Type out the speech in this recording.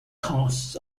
costs